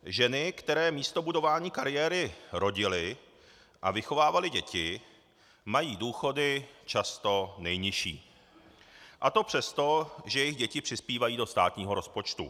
Ženy, které místo budování kariéry rodily a vychovávaly děti, mají důchody často nejnižší, a to přesto, že jejich děti přispívají do státního rozpočtu.